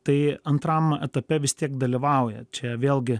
tai antram etape vis tiek dalyvauja čia vėlgi